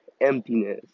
emptiness